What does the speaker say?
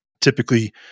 typically